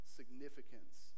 significance